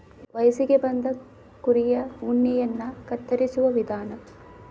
ವಯಸ್ಸಿಗೆ ಬಂದ ಕುರಿಯ ಉಣ್ಣೆಯನ್ನ ಕತ್ತರಿಸುವ ವಿಧಾನ